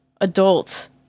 adults